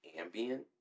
ambient